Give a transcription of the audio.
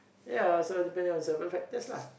ya so depending on several factors lah